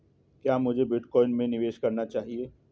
क्या मुझे बिटकॉइन में निवेश करना चाहिए?